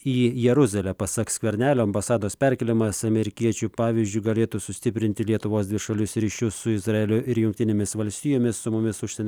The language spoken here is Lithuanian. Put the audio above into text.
į jeruzalę pasak skvernelio ambasados perkėlimas amerikiečių pavyzdžiu galėtų sustiprinti lietuvos dvišalius ryšius su izraeliu ir jungtinėmis valstijomis su mumis užsienio